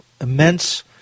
Immense